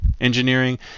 engineering